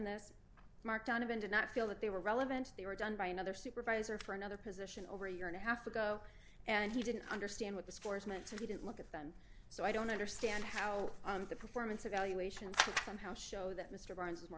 this mark donovan did not feel that they were relevant they were done by another supervisor for another position over a year and a half ago and he didn't understand what the scores meant to he didn't look at them so i don't understand how the performance evaluation tham how show that mr barnes was more